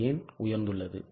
அது ஏன் உயர்ந்துள்ளது